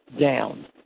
down